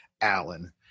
Allen